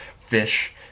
fish